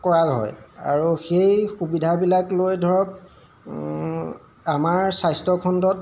কৰা হয় আৰু সেই সুবিধাবিলাক লৈ ধৰক আমাৰ স্বাস্থ্যখণ্ডত